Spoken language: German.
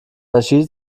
entschied